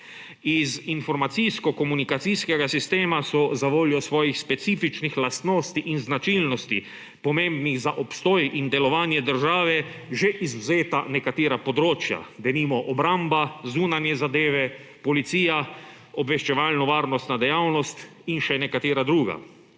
Iz informacijsko-komunikacijskega sistema so zavoljo svojih specifičnih lastnostni in značilnosti, pomembnih za obstoj in delovanje države, že izvzeta nekatera področja. Denimo obramba, zunanje zadeve, policija, obveščevalno-varnostna dejavnost in še nekatera druga.